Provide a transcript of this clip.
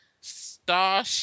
Star